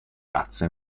razza